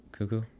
Cuckoo